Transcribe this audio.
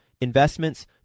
investments